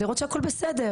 לראות שהכל בסדר.